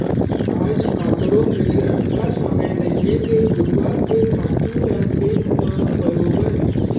आज काकरो मेर अतका समय नइये के घुरूवा के खातू ल खेत म पलोवय